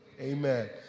amen